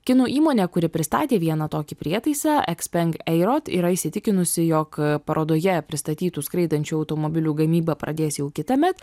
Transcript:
kinų įmonė kuri pristatė vieną tokį prietaisą ekspeng eirot yra įsitikinusi jog parodoje pristatytų skraidančių automobilių gamybą pradės jau kitąmet